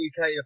uk